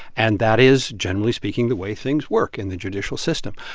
and that is, generally speaking, the way things work in the judicial system.